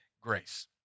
grace